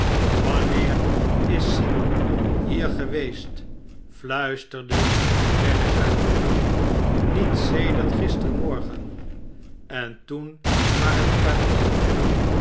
swanneer is simon hier geweest fluisterde dennis haar toe niet sedert gisterenmorgen en toen maar een kwartiertje